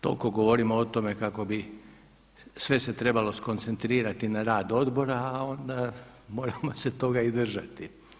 Toliko govorimo o tome kako bi sve se trebalo skoncentrirati na rad odbora, a onda moramo se tog i držati.